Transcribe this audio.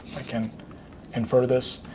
i can infer this.